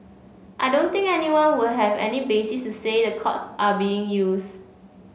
I don't think anyone would have any basis to say the courts are being used